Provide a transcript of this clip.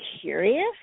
curious